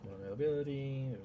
availability